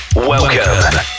Welcome